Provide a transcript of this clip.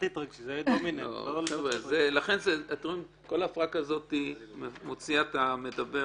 תתרגשי --- כל הפרעה כזאת מוציאה את המדבר